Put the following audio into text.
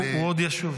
הוא עוד ישוב.